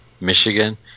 Michigan